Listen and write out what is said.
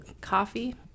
coffee